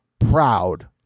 Proud